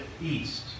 east